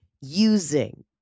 using